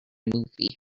movie